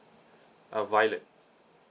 uh violet